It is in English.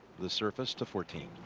the surface to fourteen